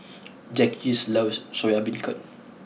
Jacques loves Soya Beancurd